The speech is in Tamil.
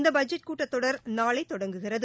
இந்த பட்ஜெட் கூட்டத்தொடர் நாளை தொடங்குகிறது